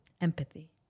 Empathy